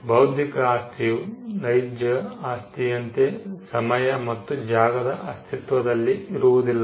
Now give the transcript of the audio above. ಬೌದ್ಧಿಕ ಆಸ್ತಿಯು ನೈಜ ಆಸ್ತಿಯಂತೆ ಸಮಯ ಮತ್ತು ಜಾಗದ ಅಸ್ತಿತ್ವದಲ್ಲಿ ಇರುವುದಿಲ್ಲ